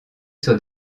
sur